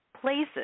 places